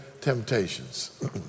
temptations